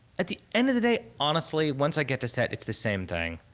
at the end of the day, honestly, once i get to set, it's the same thing.